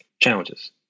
challenges